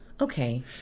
Okay